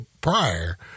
prior